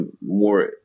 more